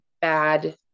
bad